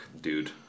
dude